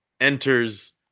enters